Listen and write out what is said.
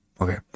okay